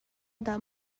dah